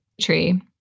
tree